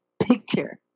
picture